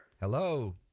Hello